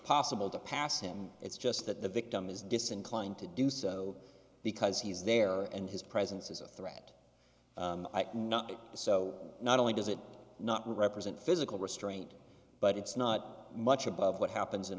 possible to pass him it's just that the victim is disinclined to do so because he's there and his presence is a threat not so not only does it not represent physical restraint but it's not much above what happens in